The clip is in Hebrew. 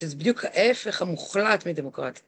זה בדיוק ההפך המוחלט מדמוקרטיה.